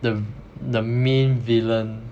the the main villain